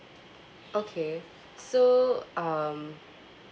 okay so um